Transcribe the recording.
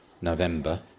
November